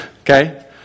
okay